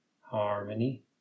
harmony